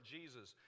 Jesus